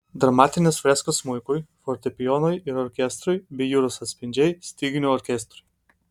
dramatinės freskos smuikui fortepijonui ir orkestrui bei jūros atspindžiai styginių orkestrui